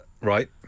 Right